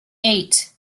eight